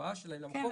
וההבאה שלהם למקום.